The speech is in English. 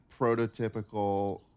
prototypical